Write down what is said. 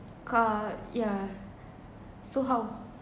car yeah so how